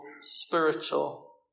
spiritual